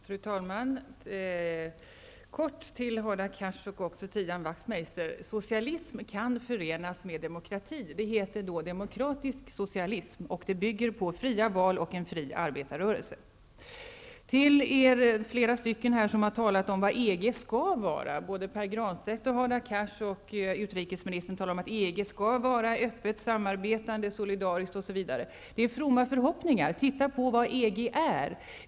Fru talman! Jag vill bara kort säga till Hadar Cars och Ian Wachtmeister, att socialism kan förenas med demokrati. Det heter då demokratisk socialism och bygger på fria val och en fri arbetarrörelse. Flera här har talat om vad EG skall vara. Både Pär Granstedt, Hadar Cars och utrikesministern sade att EG skall vara öppet, samarbetande, solidariskt, osv. Det är fromma förhoppningar. Titta på vad EG är!